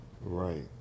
Right